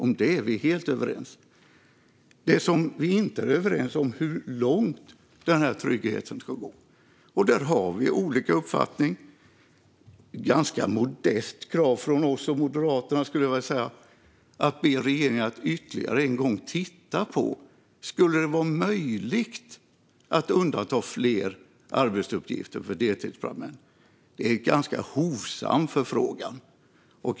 Om detta är vi helt överens. Det vi inte är överens om är hur långt denna trygghet ska gå. Där har vi olika uppfattning. Det är, skulle jag vilja säga, ett ganska modest krav från oss och Moderaterna att be regeringen att ytterligare en gång titta på om det skulle vara möjligt att undanta fler arbetsuppgifter för deltidsbrandmän. Det är en ganska hovsam förfrågan.